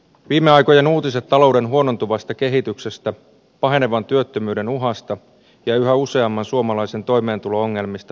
viime aikojen uutiset talouden huonontuvasta kehityksestä pahenevan työttömyyden uhasta ja yhä useamman suomalaisen toimeentulo ongelmista